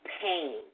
pain